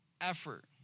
effort